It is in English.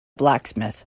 blacksmith